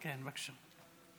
בבקשה.